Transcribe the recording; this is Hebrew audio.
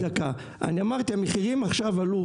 אמרתי המחירים עכשיו עלו.